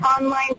online